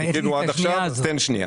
חיכינו עד עכשיו, אז תן שנייה.